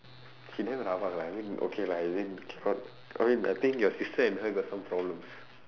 she damn rabak lah I mean okay lah I think I think your sister and her got some problems